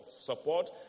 support